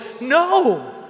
No